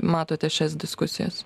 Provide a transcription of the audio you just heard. matote šias diskusijas